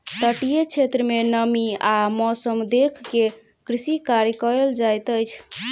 तटीय क्षेत्र में नमी आ मौसम देख के कृषि कार्य कयल जाइत अछि